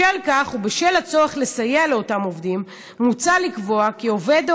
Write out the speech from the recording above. בשל כך ובשל הצורך לסייע לאותם עובדים מוצע לקבוע כי עובד או